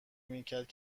میکرد